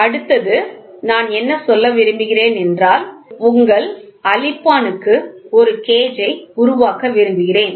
அடுத்தது நான் சொல்ல விரும்புகிறேன் அல்லது உங்கள் அழிப்பான் ஒரு கேஜ் ஐ உருவாக்க விரும்புகிறேன்